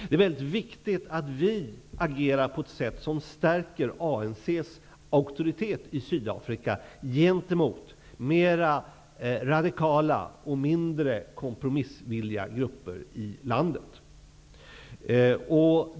Det är viktigt att vi agerar på ett sätt som stärker ANC:s auktoritet i Sydafrika gentemot mera radikala och mindre kompromissvilliga grupper i landet.